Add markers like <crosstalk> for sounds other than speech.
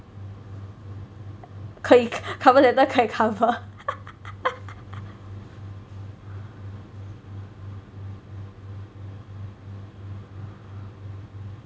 可以 cover letter 可以 cover <laughs>